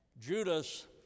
Judas